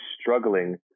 struggling